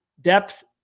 Depth